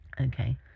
Okay